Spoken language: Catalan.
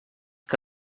que